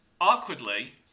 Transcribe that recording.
Awkwardly